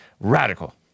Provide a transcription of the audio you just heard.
radical